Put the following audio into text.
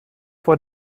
vor